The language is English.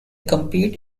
compete